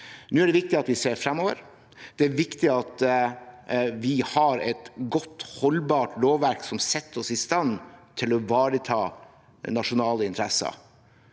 Nå er det viktig at vi ser fremover. Det er viktig at vi har et godt, holdbart lovverk som setter oss i stand til å ivareta nasjonale interesser.